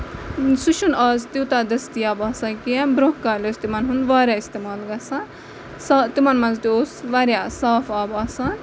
سُہ چھُ نہٕ آز تیوٗتاہ دٔستِیاب آسان کیٚنہہ برونہہ کالی اوس تِمن ہُند واریاہ اِستعمال گژھان تِمن منٛز تہِ اوس واریاہ صاف آب آسان